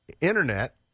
internet